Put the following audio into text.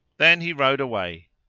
then he rode away.